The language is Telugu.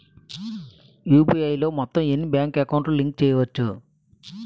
యు.పి.ఐ లో మొత్తం ఎన్ని బ్యాంక్ అకౌంట్ లు లింక్ చేయచ్చు?